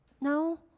No